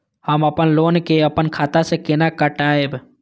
हम अपन लोन के अपन खाता से केना कटायब?